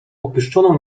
opuszczoną